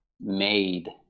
made